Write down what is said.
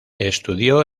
estudió